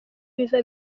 biva